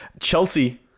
Chelsea